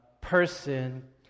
person